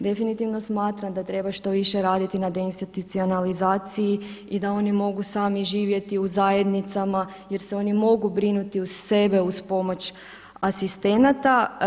Definitivno smatram da treba što više raditi na de institucionalizaciji i da oni mogu sami živjeti u zajednicama jer se oni mogu brinuti za sebe uz pomoć asistenata.